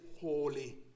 holy